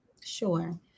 sure